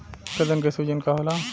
गदन के सूजन का होला?